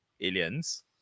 aliens